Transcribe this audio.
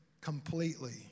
completely